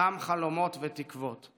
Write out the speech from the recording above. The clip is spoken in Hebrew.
אותם חלומות ותקוות,